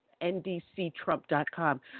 NDCTrump.com